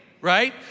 right